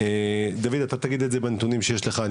דוד אתה תגיד את זה בנתונים שיש לך,